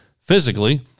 physically